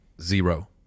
zero